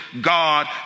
God